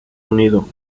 unido